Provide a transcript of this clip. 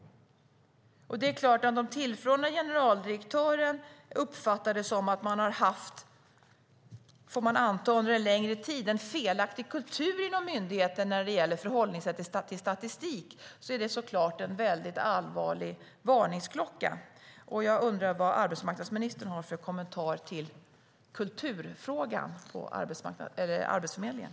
Det är klart att om den tillförordnade generaldirektören uppfattar det som att man under en längre tid - får man anta - haft en felaktig kultur inom myndigheten när det gäller förhållningssätt till statistik är det såklart en väldigt allvarlig varningsklocka. Jag undrar vad arbetsmarknadsministern har för kommentar till frågan om kulturen på Arbetsförmedlingen.